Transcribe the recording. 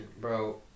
bro